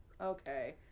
Okay